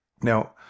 Now